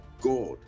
god